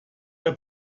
der